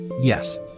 Yes